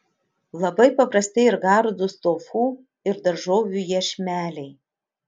labai paprasti ir gardūs tofu ir daržovių iešmeliai